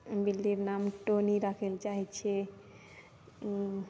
बिल्लीके नाम टोनी राखैके चाहे छियै